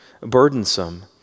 burdensome